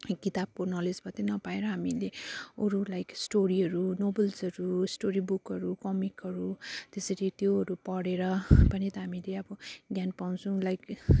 किताबको नलेज मात्रै नपाएर हामीले अरू लाइक स्टोरीहरू नोबल्सहरू स्टोरी बुकहरू कमिकहरू त्यसरी त्योहरू पढेर पनि त हामीले अब ज्ञान पाउँछौँ लाइक